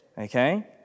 okay